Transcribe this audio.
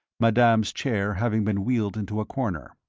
madame's chair having been wheeled into a corner.